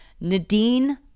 nadine